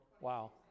Wow